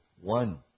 One